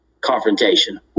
confrontation